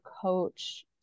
coach